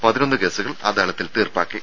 പതിനൊന്ന് കേസുകൾ അദാലത്തിൽ തീർപ്പാക്കി